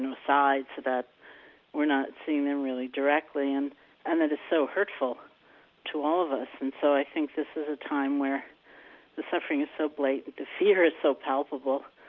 know, aside so that we're not seeing them really directly, and and it is so hurtful to all of us. and so i think this is a time where the suffering is so blatant, the fear is so palpable,